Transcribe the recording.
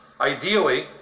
Ideally